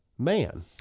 Man